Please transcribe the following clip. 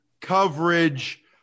coverage